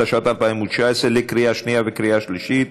התשע"ט 2019, לקריאה שנייה ולקריאה שלישית.